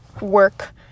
work